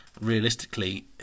realistically